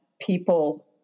people